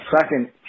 second